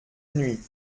nuit